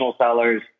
sellers